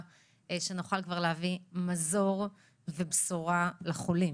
שנוכל להביא מזור ובשורה לחולים.